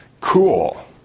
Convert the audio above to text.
cool